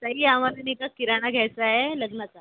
ताई आम्हाला नीगं किराणा घ्यायचा आहे लग्नाचा